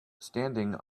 standing